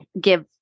give